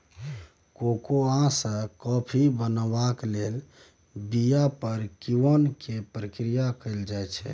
cocoa सँ coffee बनेबाक लेल बीया पर किण्वन केर प्रक्रिया कएल जाइ छै